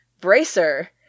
bracer